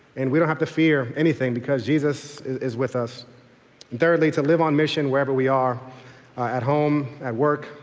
and we don't have to fear anything because jesus is with us. and thirdly, to live on mission wherever we are at home, at work,